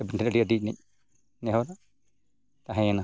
ᱟᱹᱵᱤᱱ ᱴᱷᱮᱱ ᱟᱹᱰᱤ ᱟᱹᱰᱤ ᱱᱮᱦᱚᱨ ᱛᱟᱦᱮᱸᱭᱮᱱᱟ